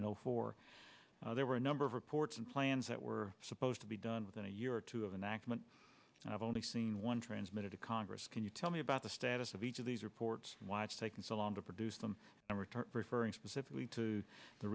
zero four there were a number of reports and plans that were supposed to be done within a year or two of an accident and i've only seen one transmitted to congress can you tell me about the status of each of these reports watch taken so long to produce them and return referring specifically to the